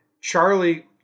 Charlie